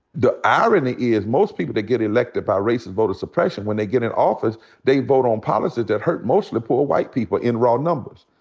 the irony is most people that get elected by racist voter suppression, when they get in office they vote on policies that hurt mostly poor white people in raw numbers.